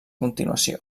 continuació